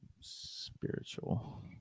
spiritual